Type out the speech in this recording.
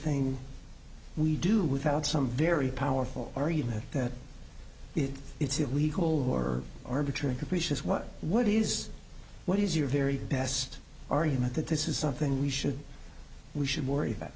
thing we do without some very powerful argument that if it's illegal or arbitrary capricious what what is what is your very best argument that this is something we should we should worry